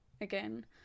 Again